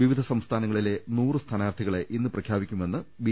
വിവിധ സംസ്ഥാനങ്ങളിലെ നൂറ് സ്ഥാനാർത്ഥികളെ ഇന്ന് പ്രഖ്യാപി ക്കുമെന്ന് ബി